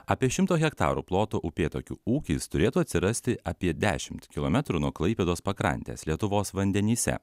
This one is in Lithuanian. apie šimto hektarų ploto upėtakių ūkis turėtų atsirasti apie dešimt kilometrų nuo klaipėdos pakrantės lietuvos vandenyse